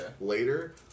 later